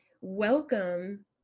welcome